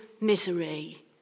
misery